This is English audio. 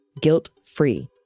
guilt-free